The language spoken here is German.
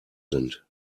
sind